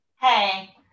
Hey